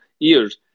ears